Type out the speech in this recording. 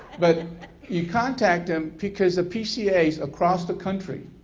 but you contact them because the pcas across the country